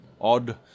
odd